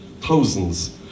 thousands